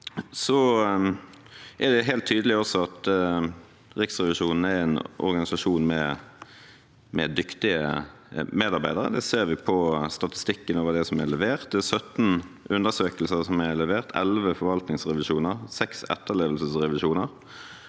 Riksrevisjonen er en organisasjon med dyktige medarbeidere. Det ser vi på statistikken over det som er levert – det er 17 undersøkelser, 11 forvaltningsrevisjoner og 6 etterlevelsesrevisjoner